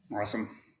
awesome